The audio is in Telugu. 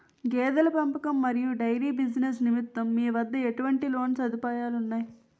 గేదెల పెంపకం మరియు డైరీ బిజినెస్ నిమిత్తం మీ వద్ద ఎటువంటి లోన్ సదుపాయాలు ఉన్నాయి?